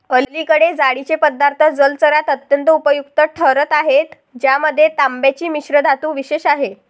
अलीकडे जाळीचे पदार्थ जलचरात अत्यंत उपयुक्त ठरत आहेत ज्यामध्ये तांब्याची मिश्रधातू विशेष आहे